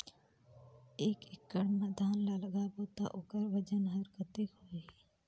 एक एकड़ मा धान ला लगाबो ता ओकर वजन हर कते होही?